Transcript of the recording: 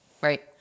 Right